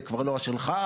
זה כבר לא שלך,